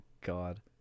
god